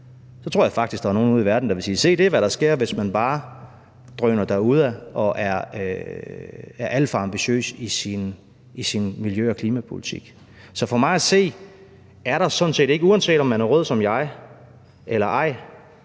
Så tror jeg faktisk, at der var nogle ude i verden, der ville sige: Se, det er, hvad der sker, hvis man bare drøner derudad og er alt for ambitiøs i sin miljø- og klimapolitik. Så for mig at se er der sådan set ikke, uanset om man er rød som jeg eller ej,